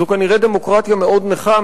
זו כנראה דמוקרטיה מאוד נכה,